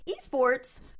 esports